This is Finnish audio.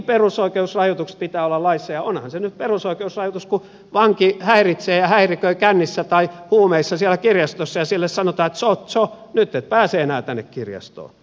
ja onhan se nyt perusoikeusrajoitus kun vanki häiritsee ja häiriköi kännissä tai huumeissa siellä kirjastossa ja sille sanotaan että tso tso nyt et pääse enää tänne kirjastoon